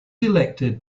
elected